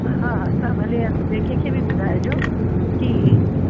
हा हा तव्हां भले ॿिए कंहिं खे बि ॿुधाइजो कि